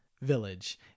Village